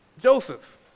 Joseph